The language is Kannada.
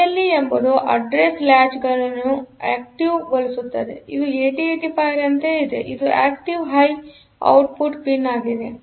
ಎಎಲ್ಇ ಎಂಬುದು ಅಡ್ರೆಸ್ ಲಾಚ್ ಅನ್ನು ಆಕ್ಟಿವ್ ಗೊಳಿಸುತ್ತದೆ ಇದು 8085 ರಂತೆಯೇ ಇದೆ ಅದು ಆಕ್ಟಿವ್ ಹೈ ಔಟ್ಪುಟ್ ಪಿನ್ ಆಗಿದೆ